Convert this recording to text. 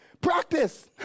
Practice